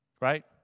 right